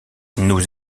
nous